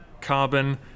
Carbon